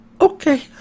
Okay